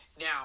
Now